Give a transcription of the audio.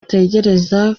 gutekereza